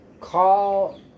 call